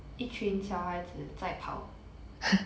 一群小孩子在跑